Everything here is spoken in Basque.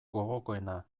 gogokoena